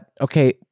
okay